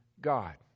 God